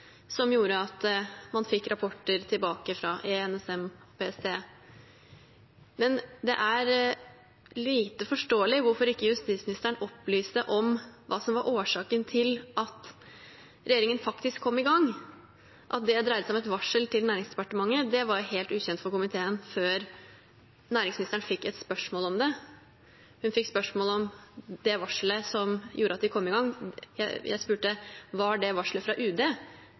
som gjorde at man fikk rapporter tilbake fra E-tjenesten, NSM og PST. Men det er lite forståelig hvorfor ikke justisministeren opplyste om hva som var årsaken til at regjeringen faktisk kom i gang. At det dreier seg om et varsel til Næringsdepartementet, var helt ukjent for komiteen før næringsministeren fikk et spørsmål om det. Hun fikk spørsmål om det varselet som gjorde at de kom i gang. Jeg spurte: Var det varselet fra UD?